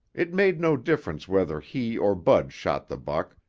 it made no difference whether he or bud shot the buck,